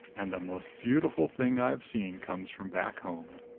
and the most beautiful thing i've seen comes from back home!